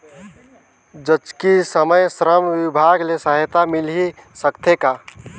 जचकी समय श्रम विभाग ले सहायता मिल सकथे का?